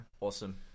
Awesome